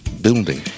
building